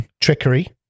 trickery